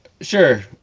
Sure